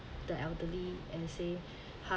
the elderly and say